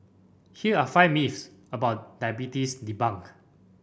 here are five myths about diabetes debunked